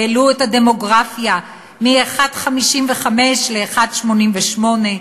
והעלו את הדמוגרפיה מ-1.55 ל-1.88,